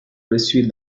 reçu